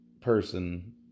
person